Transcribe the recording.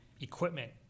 equipment